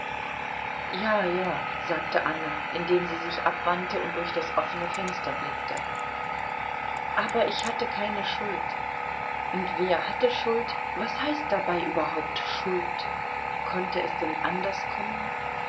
ja ja sagte anna indem sie sich abwandte und durch das offene fenster blickte aber ich hatte keine schuld und wer hatte schuld was heißt dabei überhaupt schuld konnte es denn anders kommen